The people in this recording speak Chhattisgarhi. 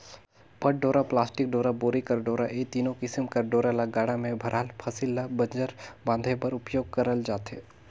पट डोरा, पलास्टिक डोरा, बोरी कर डोरा ए तीनो किसिम कर डोरा ल गाड़ा मे भराल फसिल ल बंजर बांधे बर उपियोग करल जाथे